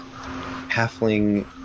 halfling